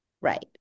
right